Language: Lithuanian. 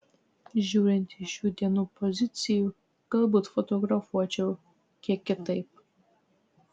žiūrint iš šių dienų pozicijų galbūt fotografuočiau kiek kitaip